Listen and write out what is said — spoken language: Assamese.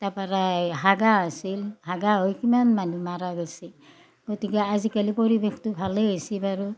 তাৰ পাৰাই হাগা হৈছিল হাগা হৈ কিমান মানহু মাৰা গৈছি গতিকে আজিকালি পৰিৱেশটো ভালে হৈছে বাৰু